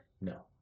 No